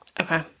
Okay